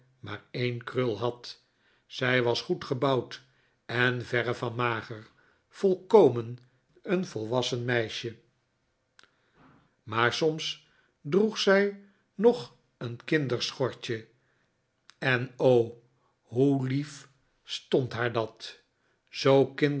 maar een krul had zij was goed gebouwd en verre van mager volkomen een volwassen meisje maar soms droeg zij nog een kinderschortje en o hoe lief stond haar datl zoo